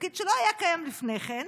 תפקיד שלא היה קיים לפני כן.